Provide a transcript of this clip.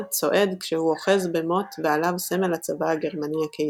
צועד כשהוא אוחז במוט ועליו סמל הצבא הגרמני הקיסרי.